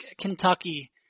Kentucky